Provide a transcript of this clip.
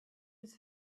his